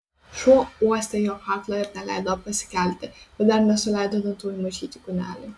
šuo uostė jo kaklą ir neleido pasikelti bet dar nesuleido dantų į mažytį kūnelį